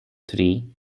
three